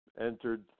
entered